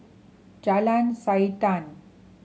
Jalan Siantan